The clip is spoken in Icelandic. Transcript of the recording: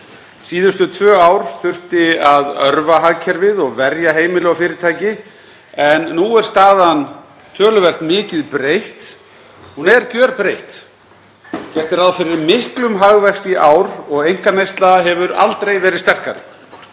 Síðustu tvö ár þurfti að örva hagkerfið og verja heimili og fyrirtæki, en nú er staðan töluvert mikið breytt. Hún er gjörbreytt. Gert er ráð fyrir miklum hagvexti í ár og einkaneysla hefur aldrei verið sterkari.